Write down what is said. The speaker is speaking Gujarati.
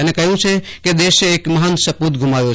અને કહ્યું છે કે દેશે એક મહાન સપુત ગુમાવ્યો છે